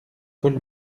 col